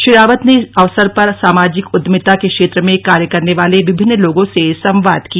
श्री रावत ने इस अवसर पर सामाजिक उद्यमिता के क्षेत्र में कार्य करने वाले विभिन्न लोगों से संवाद किया